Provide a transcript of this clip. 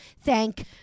Thank